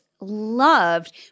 loved